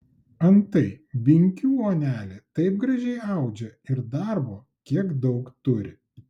antai binkių onelė taip gražiai audžia ir darbo kiek daug turi